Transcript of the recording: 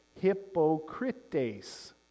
hypocrites